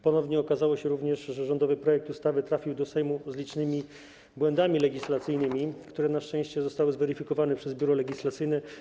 Ponownie okazało się również, że rządowy projekt ustawy trafił do Sejmu z licznymi błędami legislacyjnymi, które na szczęście zostały zweryfikowane przez Biuro Legislacyjne.